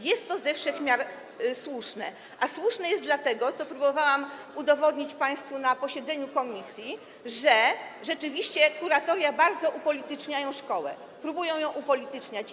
Jest to ze wszech miar słuszne, a słuszne jest dlatego - co próbowałam udowodnić państwu na posiedzeniu komisji - że rzeczywiście kuratoria bardzo upolityczniają szkołę, próbują ją upolityczniać.